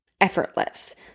effortless